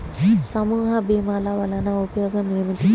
సమూహ భీమాల వలన ఉపయోగం ఏమిటీ?